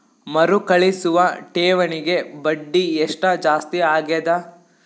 ಮರುಕಳಿಸುವ ಠೇವಣಿಗೆ ಬಡ್ಡಿ ಎಷ್ಟ ಜಾಸ್ತಿ ಆಗೆದ?